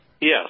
Yes